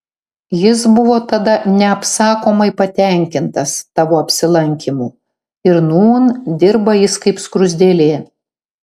jis buvo tada neapsakomai patenkintas tavo apsilankymu ir nūn dirba jis kaip skruzdėlė